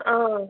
ആ